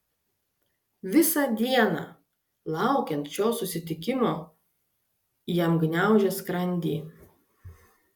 visą dieną laukiant šio susitikimo jam gniaužė skrandį